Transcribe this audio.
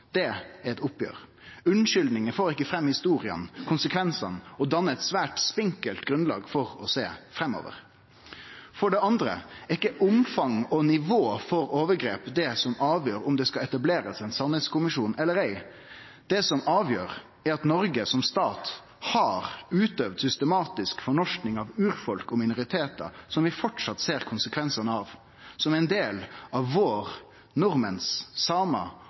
hatt, er eit oppgjer. Unnskyldningar får ikkje fram historiene og konsekvensane og dannar eit svært spinkelt grunnlag for å sjå framover. For det andre er ikkje omfang av og nivå på overgrep det som avgjer om det skal etablerast ein sanningskommisjon eller ikkje. Det som avgjer, er at Noreg som stat har utøvd ei systematisk fornorsking av urfolk og minoritetar, som vi framleis ser konsekvensane av, som ein del av djupkulturen vår